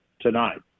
tonight